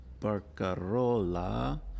Barcarola